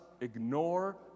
ignore